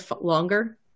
longer